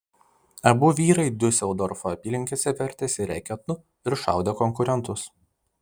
abu vyrai diuseldorfo apylinkėse vertėsi reketu ir šaudė konkurentus